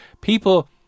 people